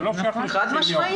חד משמעית.